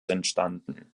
entstanden